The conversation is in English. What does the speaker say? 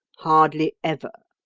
hardly ever.